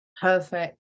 perfect